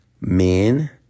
men